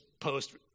post